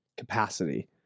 capacity